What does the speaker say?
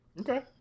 Okay